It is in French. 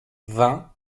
vingt